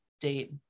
Date